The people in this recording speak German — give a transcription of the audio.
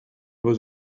aber